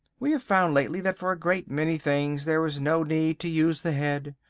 we have found lately that for a great many things there is no need to use the head.